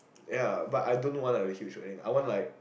ya but I don't know want a huge or anything I want like